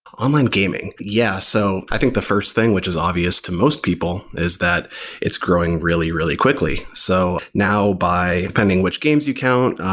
online gaming, yeah. so i think the first thing which is obvious to most people is that it's growing really, really, quickly. so, now, depending which games you count,